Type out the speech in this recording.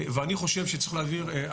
אני חושב שצריך להבהיר,